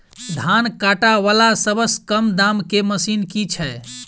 धान काटा वला सबसँ कम दाम केँ मशीन केँ छैय?